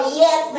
yes